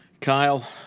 Kyle